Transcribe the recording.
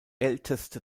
älteste